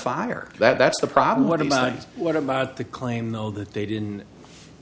fire that's the problem what about what about the claim though that they didn't